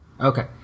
Okay